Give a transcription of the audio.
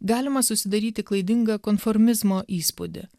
galima susidaryti klaidingą konformizmo įspūdį